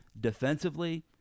defensively